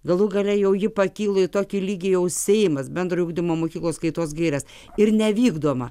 galų gale jau ji pakyla į tokį lygį jau seimas bendrojo ugdymo mokyklos kaitos gaires ir nevykdoma